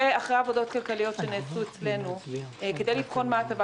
ואחרי עבודות כלכליות שנעשו אצלנו כדי לבחון מה ההטבה